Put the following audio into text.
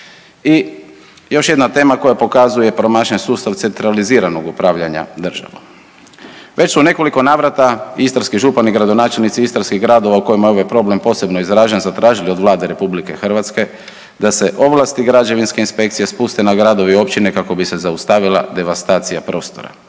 I još jedna tema koja pokazuje promašen sustav centraliziranog upravljanja državom. Već se u nekoliko navrata istarski župan i gradonačelnici istarskih gradova u kojima je ovdje problem posebno izražen, zatražili od Vlade RH da se ovlasti građevinske inspekcije spuste na gradove i općine kako bi se zaustavila devastacija prostora.